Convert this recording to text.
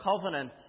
Covenant